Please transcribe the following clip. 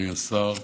אדוני השר,